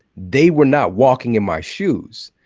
they were not walking in my shoes.